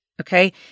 okay